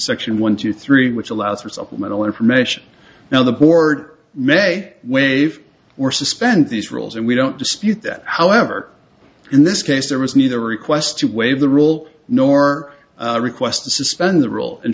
section one two three which allows for supplemental information now the board may waive were suspend these rules and we don't dispute that however in this case there was neither request to waive the rule nor request to suspend the rule in